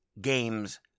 games